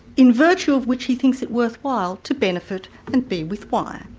in virtue of which he thinks it worthwhile to benefit and be with y.